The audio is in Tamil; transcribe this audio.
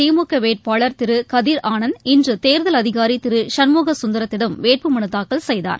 திமுக வேட்பாளர் திரு கதிர் ஆனந்த் இன்று தேர்தல் அதிகாரி திரு சன்முக சுந்தரத்திடம் வேட்பு மனு தாக்கல் செய்தார்